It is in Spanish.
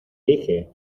dije